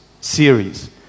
series